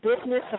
business